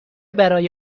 برای